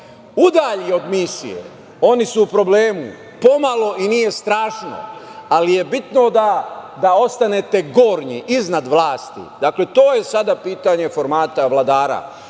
udalji od misije, oni su u problemu. Pomalo i nije strašno, ali je bitno da ostanete gornji, iznad vlasti. To je sada pitanje formata vladara.